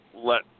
let